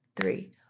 three